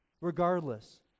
regardless